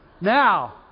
Now